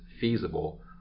feasible